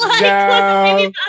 no